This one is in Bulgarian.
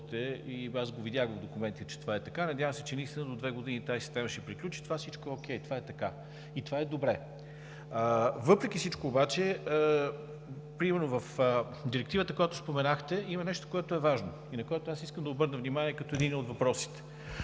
– аз видях в документите, че това е така, надявам се, че наистина до 2 години тази система ще приключи. Всичко това е окей, това е така и е добре. Въпреки всичко обаче, примерно в Директивата, за която споменахте, има нещо важно, на което аз искам да обърна внимание като един от въпросите.